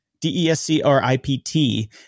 D-E-S-C-R-I-P-T